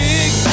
Big